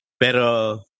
pero